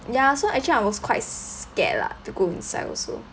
ya so actually I was quite scared lah to go inside also